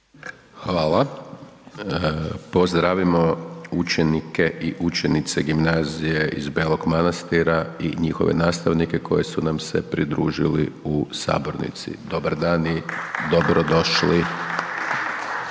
Hvala, pozdravimo učenike i učenice gimnazije iz Belog Manastira i njihove nastavnike koji su nam se pridružili u sabornici, dobar dan i dobro došli!